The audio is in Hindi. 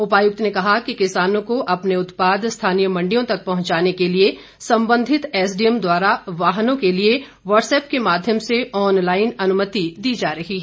उपायुक्त ने कहा कि किसानों को अपने उत्पाद स्थानीय मंडियों तक पहुंचाने के लिए संबंधित एसडीएम द्वारा वाहनों के लिए वाट्सएप्प के माध्यम से ऑनलाईन अनुमति दी जा रही है